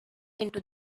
into